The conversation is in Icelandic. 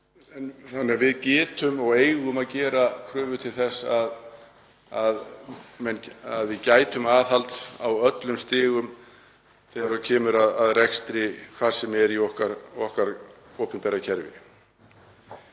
14 milljarða. Við getum og eigum að gera kröfu til þess að við gætum aðhalds á öllum stigum þegar kemur að rekstri, hvar sem er í okkar opinbera kerfi.